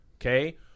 Okay